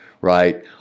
right